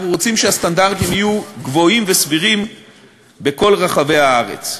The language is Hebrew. אנחנו רוצים שהסטנדרטים יהיו גבוהים וסבירים בכל רחבי הארץ.